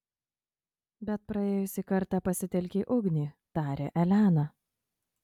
bet praėjusį kartą pasitelkei ugnį tarė elena